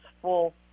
full